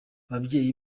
ababyeyi